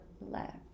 left